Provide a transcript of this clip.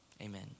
Amen